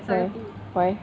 why why